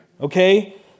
Okay